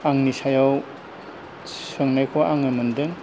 आंनि सायाव सोंनायखौ आङो मोनदों